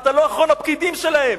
אתה לא אחרון הפקידים שלהם,